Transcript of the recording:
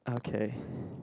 okay